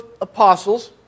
apostles